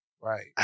Right